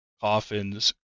coffins